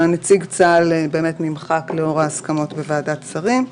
נציג צה"ל נמחק לאור ההסכמות בוועדת השרים.